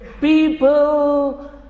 People